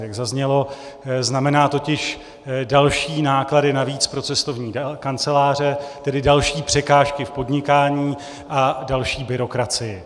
Jak zaznělo, znamená totiž další náklady navíc pro cestovní kanceláře, tedy další překážky v podnikání a další byrokracii.